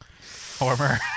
former